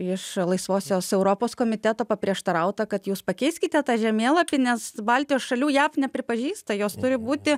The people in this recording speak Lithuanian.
iš laisvosios europos komiteto paprieštarauta kad jūs pakeiskite tą žemėlapį nes baltijos šalių jav nepripažįsta jos turi būti